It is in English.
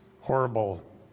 horrible